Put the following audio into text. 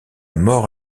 mort